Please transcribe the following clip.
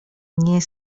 nie